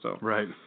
Right